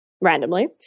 randomly